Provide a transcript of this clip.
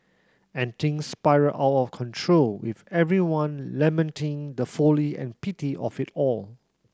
and things spiral out of control with everyone lamenting the folly and pity of it all